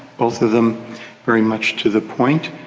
both of them very much to the point.